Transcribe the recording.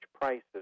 prices